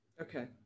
Okay